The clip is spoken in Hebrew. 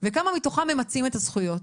וכמה מתוכם ממצים את הזכויות.